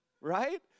Right